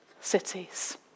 cities